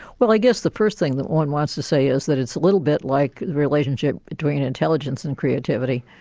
well i guess the first thing that one wants to say is that it's a little bit like relationship between intelligence and creativity.